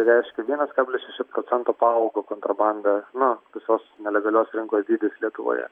reiškia vienas kablis šeši procento paaugo kontrabanda nu visos nelegalios rinkoj dydis lietuvoje